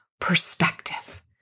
perspective